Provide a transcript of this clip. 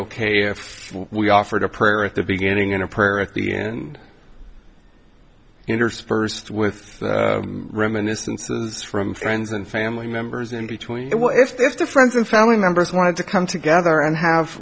ok if we offered a prayer at the beginning and a prayer at the end interspersed with reminiscences from friends and family members in between if this to friends and family members wanted to come together and h